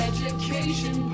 Education